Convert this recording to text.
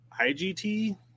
IGT